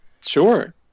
Sure